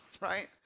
right